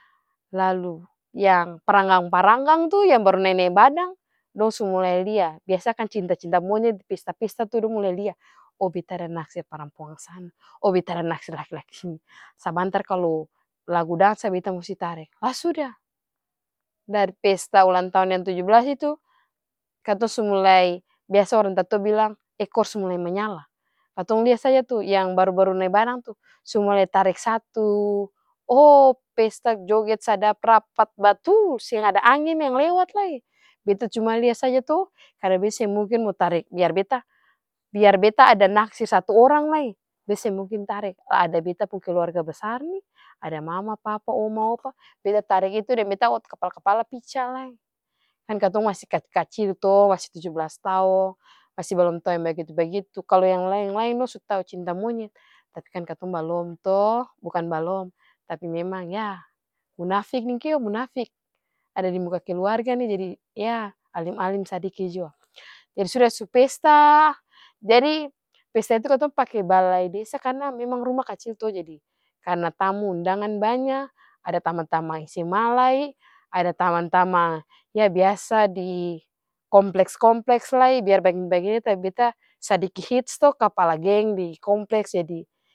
Lalu yang pranggang-paranggang tuh yang baru nae-nae badang dong su mulai lia, biasakan cinta-cinta monyet di pesta-pesta tuh dong mulai lia oh beta ada naksir parampuang sana, oh beta ada naksir laki-laki sini sabantar kalu lagu dansa beta musti tarek suda dari pesta ulang tahun yang tuju blas itu katong su mulai biasa orang tatua bilang ekor sumulai manyala katong lia saja tuh yang baru-baru nae badang tu, sumulae tarek satu oh pesta joget sadap rapat batul seng ada angin yang lewat lai beta cuma lia saja to karna beta seng mungkin mo tarek biar beta biar beta ada naksir satu orang lai beta seng mungkin tarek ada beta pung keluarga basar nih, ada mama, papa, oma, opa, beta tarek itu deng beta otak kapala kapala pica lai kan katong masi kacil-kacil to masi tuju blas taong, masi balom tau yang bagitu-bagitu kalu yang laeng-laeng dong su tau cinta monyet tapi kan katong balom to bukan balom tapi memang yah munafik nih kiyo munafik, ada di muka keluarga nih jadi yah alim-alim sadiki jua. Jadi sudah su pesta jadi pesta itu katong pake balai desa karna rumah memang kacil to jadi karna tamu undangan banya ada tamang-tamang sma lai, ada tamang-tamang yah biasa di kompleks-kompleks lai biar bagini-bagini tapi beta sadiki hits to kapala geng di kompleks jadi.